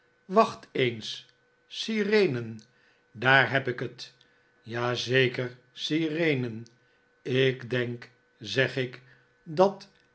wacht eens sirenen daar heb ik het ja zeker sirenen ik denk zeg ik dat